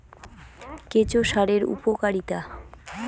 কেঁচো সারের উপকারিতা?